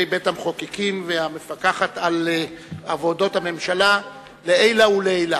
בית-המחוקקים והמפקחת על עבודות הממשלה לעילא ולעילא.